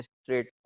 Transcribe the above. straight